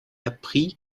apprit